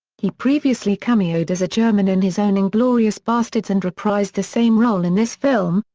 he previously cameoed as a german in his own inglorious bastards and reprised the same role in this film,